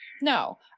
no